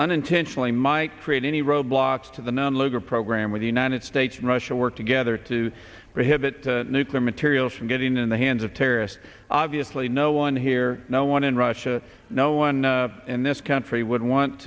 unintentionally might create any roadblocks to the non luger program with the united states and russia work together to hit nuclear materials from getting in the hands of terrorists obviously no one here no one in russia no one in this country would want